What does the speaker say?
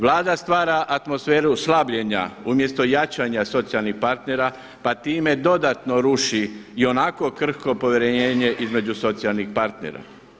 Vlada stvara atmosferu slabljenja umjesto jačanja socijalnih partnera pa time dodatno ruši i onako krhko povjerenje između socijalnih partnera.